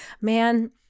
Man